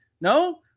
No